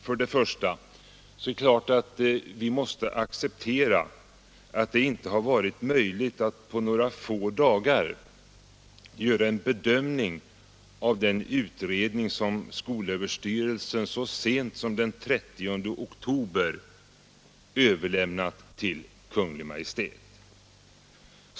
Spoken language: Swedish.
Först och främst måste vi naturligtvis acceptera att det inte varit möjligt att på några få dagar göra en bedömning av den utredning som skolöverstyrelsen så sent som den 30 oktober överlämnade till Kungl. Maj:t.